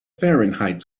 fahrenheit